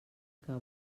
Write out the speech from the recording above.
que